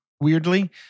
weirdly